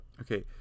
Okay